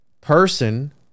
person